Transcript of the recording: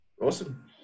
Awesome